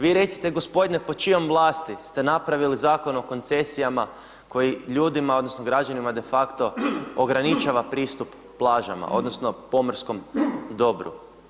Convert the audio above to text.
Vi recite gospodine, pod čijom vlasti ste napravili Zakon o koncesijama koji ljudima odnosno građanima defakto ograničava pristup plažama odnosno pomorskom dobru?